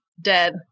Dead